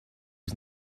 was